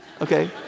Okay